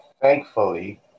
Thankfully